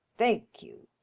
thank you.